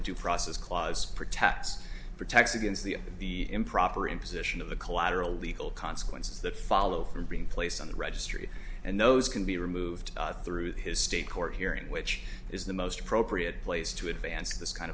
the due process clause protects protects against the the improper imposition of the collateral legal consequences that follow from being placed on the registry and no it can be removed through his state court hearing which is the most appropriate place to advance this kind